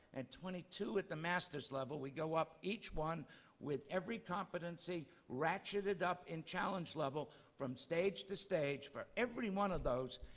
and twenty two at the master's level, we go up each one with every competency ratcheted up in challenge level from stage to stage. for every one of those,